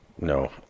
no